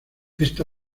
esta